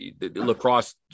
lacrosse